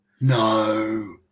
No